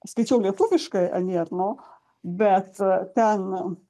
skaičiau lietuviškai ani erno bet ten